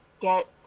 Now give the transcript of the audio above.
get